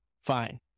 fine